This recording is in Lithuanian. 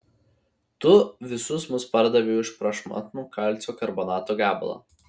tu visus mus pardavei už prašmatnų kalcio karbonato gabalą